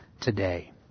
today